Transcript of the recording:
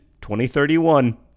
2031